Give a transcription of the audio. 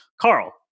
Carl